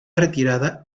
retirada